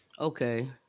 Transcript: Okay